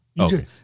okay